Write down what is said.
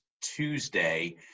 Tuesday